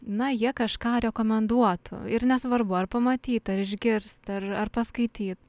na jie kažką rekomenduotų ir nesvarbu ar pamatyta išgirsta ar ar paskaityt